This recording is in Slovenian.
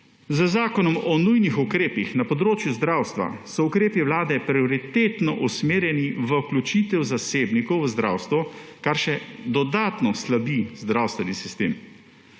Z zakonom o nujnih ukrepih na področju zdravstva so ukrepi Vlade prioritetno usmerjeni v vključitev zasebnikov v zdravstvo, kar še dodatno slabi zdravstveni sistem.